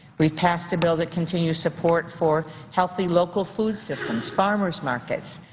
we've passed a bill that continues support for healthy local food systems, farmers' markets,